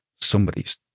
somebody's